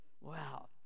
Wow